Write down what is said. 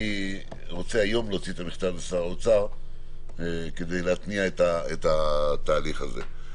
אני רוצה היום לשלוח את המכתב לשר האוצר כדי להתניע את התהליך הזה.